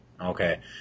Okay